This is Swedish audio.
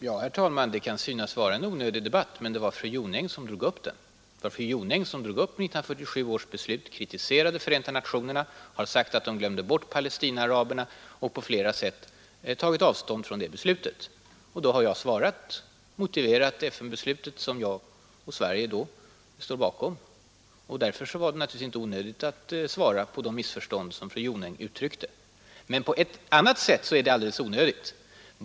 Herr talman! Det kan synas vara ”en onödig debatt”, men det var fru Jonäng som drog upp den. Det var fru Jonäng som tog upp 1947 års beslut, kritiserade FN, sade att man ”glömde bort” Palestinaaraberna och på flera sätt tog avstånd från det beslutet. På detta har jag svarat och motiverat FN-beslutet som Sverige då stod bakom. Därför var det inte onödigt att bemöta de missförstånd som fru Jonäng gav uttryck åt. Men på ett annat sätt är det alldeles onödigt.